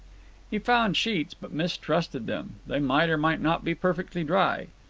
he found sheets, but mistrusted them. they might or might not be perfectly dry.